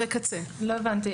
לא הבנתי.